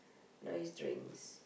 nice drinks